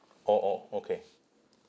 orh orh okay